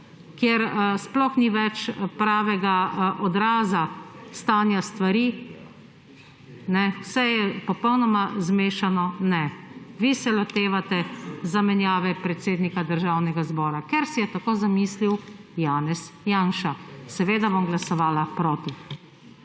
kjer sploh ni več pravega odraza stanja stvari, vse je popolnoma zmešano, se vi lotevate zamenjave predsednika Državnega zbora, ker si je tako zamislil Janez Janša. Seveda bom glasovala proti.